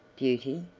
beauty,